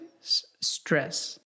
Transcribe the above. stress